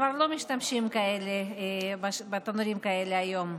כבר לא משתמשים בתנורים כאלה היום.